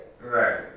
right